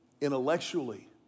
intellectually